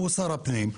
הוא שר הפנים,